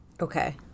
Okay